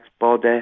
body